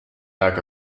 lack